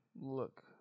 look